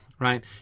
Right